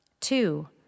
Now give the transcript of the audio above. Two